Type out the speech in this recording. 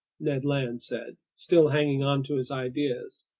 ned land said, still hanging on to his ideas.